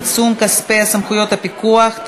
עיצום כספי וסמכויות פיקוח),